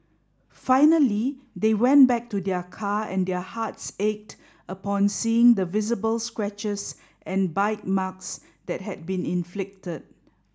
finally they went back to their car and their hearts ached upon seeing the visible scratches and bite marks that had been inflicted